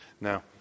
Now